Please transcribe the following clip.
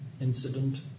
incident